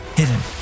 hidden